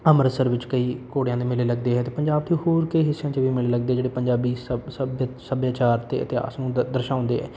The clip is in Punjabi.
ਅੰਮ੍ਰਿਤਸਰ ਵਿੱਚ ਕਈ ਘੋੜਿਆਂ ਦੇ ਮੇਲੇ ਲੱਗਦੇ ਹੈ ਅਤੇ ਪੰਜਾਬ 'ਚ ਹੋਰ ਕਈ ਹਿੱਸਿਆਂ 'ਚ ਵੀ ਮੇਲੇ ਲੱਗਦੇ ਹੈ ਜਿਹੜੇ ਪੰਜਾਬੀ ਸੱਭਿਆਚਾਰ ਅਤੇ ਇਤਿਹਾਸ ਨੂੰ ਦ ਦਰਸਾਉਂਦੇ ਹੈ